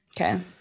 okay